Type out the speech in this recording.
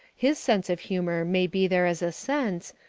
his sense of humour may be there as a sense,